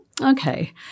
okay